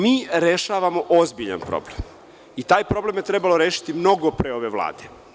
Mi rešavamo ozbiljan problem i taj problem je trebalo rešiti mnogo pre ove vlade.